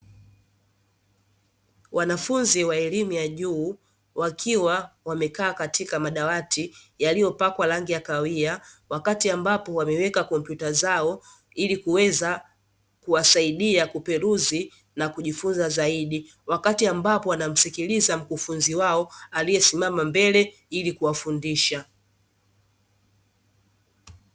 Wanafunzi wa elimu ya juu wakiwa wamekaa katika madawati yaliyopakwa rangi ya kahawia, wakati ambapo wameweka kompyuta zao ili kuweza kuwasaidia kuperuzi na kujifunza zaidi wakati ambapo wanamsikiliza mkufunzi wao aliyesimama mbele ili kuwafundisha.